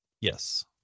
yes